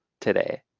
today